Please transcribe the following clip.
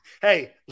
Hey